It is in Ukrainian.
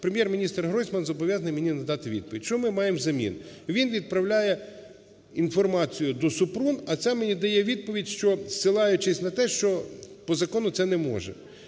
Прем'єр-міністр Гройсман зобов'язаний мені надати відповідь. Що ми маємо взамін: він направляє інформацію до Супрун, а ця мені дає відповідь, що…ссилаючись на те, що по закону це не може.